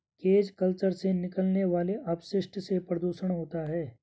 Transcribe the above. cage culture से निकलने वाले अपशिष्ट से प्रदुषण होता है